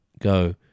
go